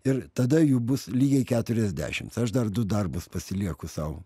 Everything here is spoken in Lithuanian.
ir tada jų bus lygiai keturiasdešimts aš dar du darbus pasilieku sau